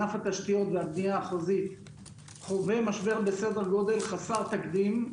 ענף התשתיות והבנייה החוזית חווה משבר בסדר גודל חסר תקדים,